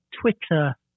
Twitter